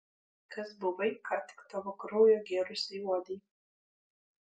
kas buvai ką tik tavo kraują gėrusiai uodei